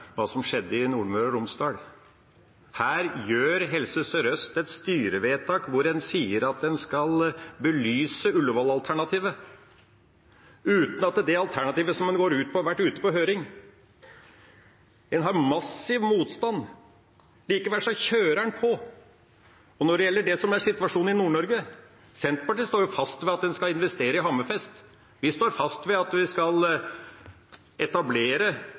som skjedde i Nordmøre og Romsdal. Her gjør Helse Sør-Øst et styrevedtak der en sier at en skal belyse Ullevål-alternativet, uten at alternativet en går ut med, har vært ute på høring. En møter massiv motstand, likevel kjører en på. Når det gjelder situasjonen i Nord-Norge, står Senterpartiet fast ved at en skal investere i Hammerfest. Vi står fast ved at det skal